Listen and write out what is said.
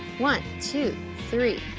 one, two, three,